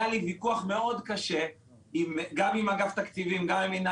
היה לי ויכוח קשה מאוד גם עם אגף התקציבים וגם עם רשות